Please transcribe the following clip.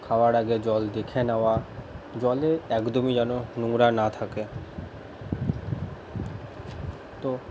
খাবার আগে জল দেখে নেওয়া জলে একদমই যেন নোংরা না থাকে তো